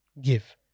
give